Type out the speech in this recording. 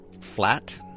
Flat